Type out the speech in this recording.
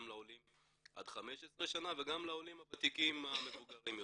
לעולים עד 15 שנה וגם לעולים הוותיקים המבוגרים יותר.